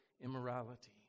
immorality